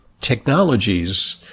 technologies